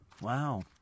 Wow